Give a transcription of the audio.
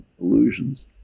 illusions